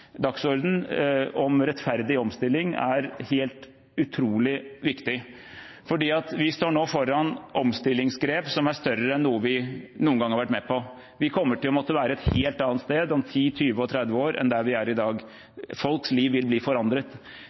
tematikken om rettferdig omstilling, som ikke minst fagbevegelsen har satt på dagsordenen, er helt utrolig viktig fordi vi står foran omstillingsgrep som er større enn noe vi noen gang har vært med på. Vi kommer til å måtte være et helt annet sted om 10, 20 og 30 år enn der vi er i dag. Folks liv vil bli forandret.